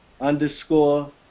underscore